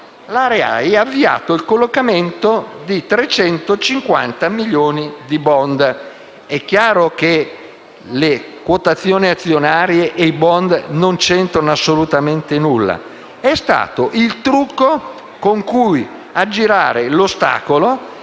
ha avviato il collocamento di 350 milioni di *bond*. È chiaro che le quotazioni azionarie e i *bond* non c'entrano assolutamente nulla: è stato il trucco con cui aggirare l'ostacolo;